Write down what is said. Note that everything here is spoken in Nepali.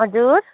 हजुर